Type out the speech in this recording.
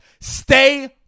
stay